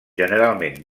generalment